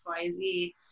xyz